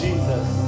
Jesus